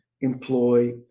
employ